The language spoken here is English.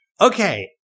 Okay